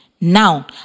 Now